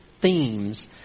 themes